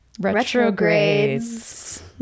retrogrades